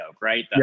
right